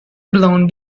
blown